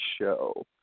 show